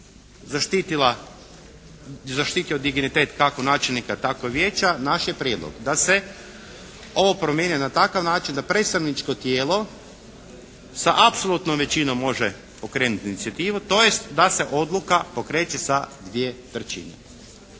zaštitila i zaštitio dignitet kako načelnika tako i vijeća naš je prijedlog da se ovo primjeni na takav način da predstavničko tijelo sa apsolutnom većinom može pokrenuti inicijativu, tj. da se odluka pokreće sa 2/3.